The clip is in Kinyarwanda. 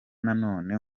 nanone